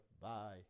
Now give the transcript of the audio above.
Bye